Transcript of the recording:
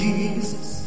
Jesus